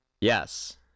Yes